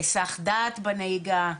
היסח דעת בנהיגה.